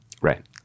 Right